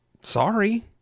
sorry